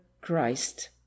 christ